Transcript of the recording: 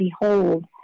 Behold